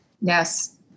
Yes